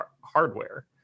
hardware